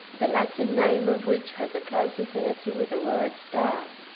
the latin name of which has a close affinity with the word star.